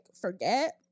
forget